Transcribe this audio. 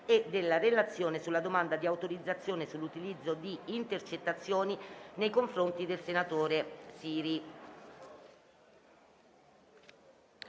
e della relazione sulla domanda di autorizzazione sull'utilizzo di intercettazioni nei confronti del senatore Siri.